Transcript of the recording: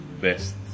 best